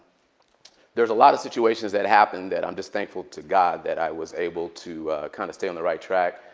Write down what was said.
there's a lot of situations that happened that i'm just thankful to god that i was able to kind of stay on the right track.